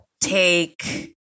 take